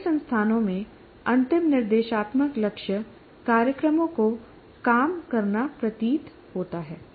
कई संस्थानों में अंतिम निर्देशात्मक लक्ष्य कार्यक्रमों को काम करना प्रतीत होता है